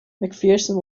macpherson